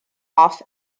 off